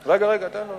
רגע, תן לו.